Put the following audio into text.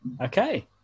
Okay